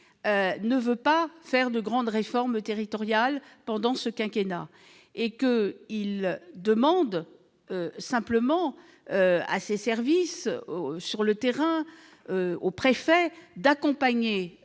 ne veut pas faire de grande réforme territoriale pendant ce quinquennat. Il demande simplement à ses services sur le terrain, aux préfets d'accompagner